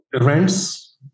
rents